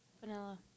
Vanilla